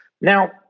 Now